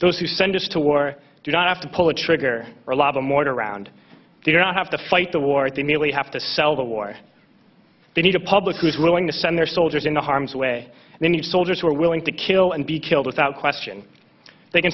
those who send us to war do not have to pull a trigger or lob a mortar round they do not have to fight the war at the merely have to sell the war they need a public who is willing to send their soldiers into harm's way and then use soldiers who are willing to kill and be killed without question they can